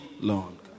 long